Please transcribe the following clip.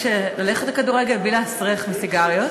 ללכת לכדורגל בלי להסריח מסיגריות.